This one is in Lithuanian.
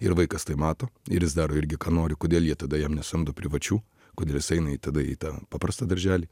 ir vaikas tai mato ir jis daro irgi ką nori kodėl jie tada jam nesamdo privačių kodėl jis eina į tada į tą paprastą darželį